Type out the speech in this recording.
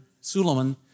Suleiman